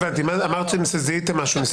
בגלל שזה רכיב של 6.5% קבוע שמתווסף לריבית הצמודה,